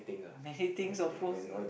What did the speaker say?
many things of course